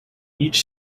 each